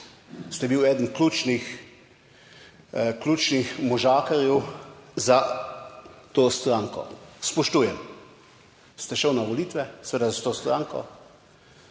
Ste bil eden ključnih možakarjev za to stranko. Spoštujem. Ste šel na volitve, seveda s to stranko,